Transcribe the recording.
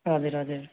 हजुर हजुर